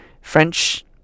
French